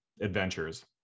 adventures